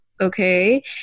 okay